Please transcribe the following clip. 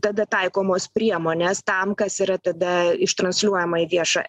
tada taikomos priemonės tam kas yra tada ištransliuojama į viešą